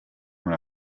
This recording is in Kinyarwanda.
muri